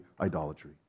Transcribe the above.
idolatry